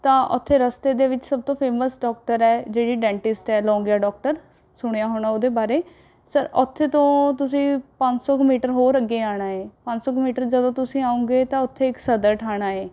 ਤਾਂ ਉੱਥੇ ਰਸਤੇ ਦੇ ਵਿੱਚ ਸਭ ਤੋਂ ਫੇਮਸ ਡੌਕਟਰ ਹੈ ਜਿਹੜੀ ਡੈਨਟੈਸਟ ਹੈ ਲੌਂਗੀਆ ਡੌਕਟਰ ਸੁਣਿਆ ਹੋਣਾ ਉਹਦੇ ਬਾਰੇ ਸਰ ਉੱਥੇ ਤੋਂ ਤੁਸੀ ਪੰਜ ਸੌ ਕੁ ਮੀਟਰ ਹੋਰ ਅੱਗੇ ਆਉਣਾ ਹੈ ਪੰਜ ਸੌ ਕੁ ਮੀਟਰ ਜਦੋਂ ਤੁਸੀਂ ਆਉਂਗੇ ਤਾਂ ਉੱਥੇ ਇੱਕ ਸਦਰ ਥਾਣਾ ਹੈ